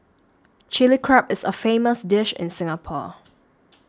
Chilli Crab is a famous dish in Singapore